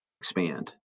expand